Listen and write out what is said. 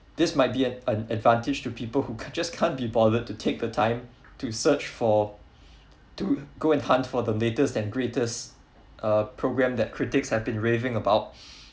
this might be ad~ an advantage to people who ca~ just can't be bothered to take the time to search for to go and hunt for the latest and greatest uh program that critics have been raving about